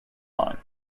line